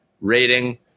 rating